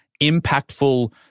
impactful